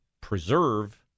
preserve